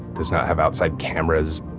does not have outside cameras,